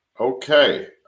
Okay